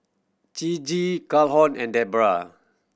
Ciji Calhoun and Debroah